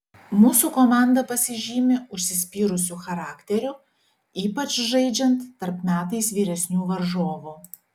mūsų komanda pasižymi užsispyrusiu charakteriu ypač žaidžiant tarp metais vyresnių varžovų